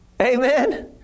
Amen